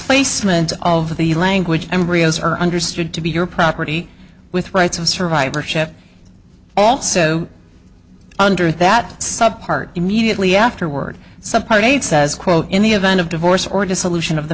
placement of the language embryos are understood to be your property with rights of survivorship also under that sub part immediately afterward some part eight says quote in the event of divorce or dissolution of the